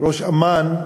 ראש אמ"ן,